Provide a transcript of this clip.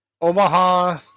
Omaha